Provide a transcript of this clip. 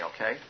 okay